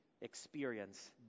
experience